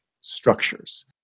structures